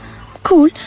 cool